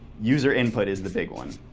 user input is the big one.